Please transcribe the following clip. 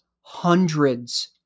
hundreds